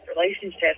relationship